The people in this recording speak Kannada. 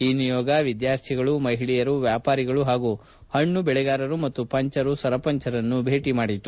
ಈ ನಿಯೋಗ ವಿದ್ವಾರ್ಥಿಗಳು ಮಹಿಳೆಯರು ವ್ಯಾಪಾರಿಗಳು ಹಾಗೂ ಹಣ್ಣು ಬೆಳೆಗಾರರು ಮತ್ತು ಪಂಚರು ಸರಪಂಚರನ್ನು ಭೇಟ ಮಾಡಿದರು